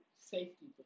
safety